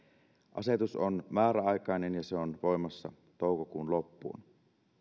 asetus on määräaikainen ja se on voimassa toukokuun loppuun